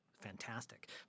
fantastic